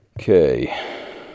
Okay